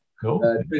Cool